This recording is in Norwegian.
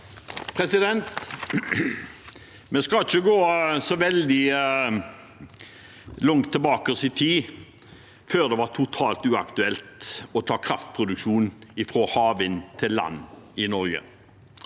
Vi skal ikke gå så veldig langt tilbake i tid før det var totalt uaktuelt å ta kraftproduksjonen fra havvind til land i Norge.